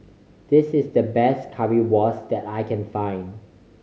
this is the best Currywurst that I can find